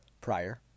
prior